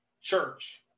church